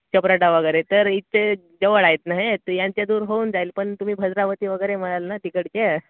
चप्राटा वगैरे तर इथे जवळ आहेत ना हे तर यांच्या दूर होऊन जाईल पण तुम्ही भद्रावती वगैरे म्हणाल ना तिकडचे